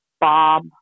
Bob